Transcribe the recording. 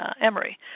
Emory